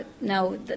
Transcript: Now